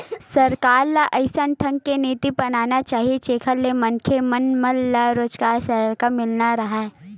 सरकार ल अइसन ढंग के नीति बनाना चाही जेखर ले मनखे मन मन ल रोजगार सरलग मिलत राहय